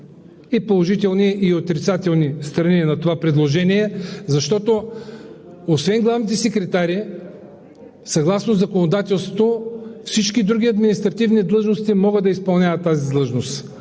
положителни и отрицателни страни на това предложение, защото освен главните секретари, съгласно законодателството, всички други административни длъжности могат да изпълняват тази длъжност,